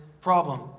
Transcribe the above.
problem